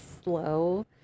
slow